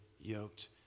yoked